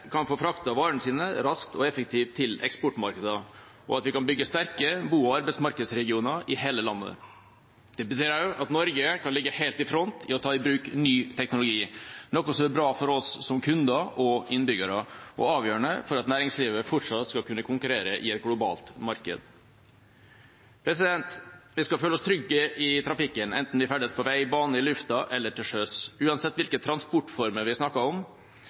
kan få fraktet varene sine raskt og effektivt til eksportmarkedene, og at vi kan bygge sterke bo- og arbeidsmarkedsregioner i hele landet. Det betyr også at Norge kan ligge helt i front i å ta i bruk ny teknologi, noe som er bra for oss som kunder og innbyggere, og avgjørende for at næringslivet fortsatt skal kunne konkurrere i et globalt marked. Vi skal føle oss trygge i trafikken, enten vi ferdes på vei, på bane, i lufta eller til sjøs. Uansett hvilke transportformer vi snakker om,